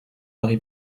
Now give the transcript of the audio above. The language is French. harry